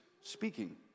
speaking